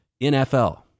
NFL